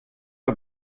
are